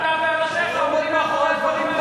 אתה ואנשיך עומדים מאחורי הדברים האלה.